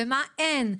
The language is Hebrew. מה אין,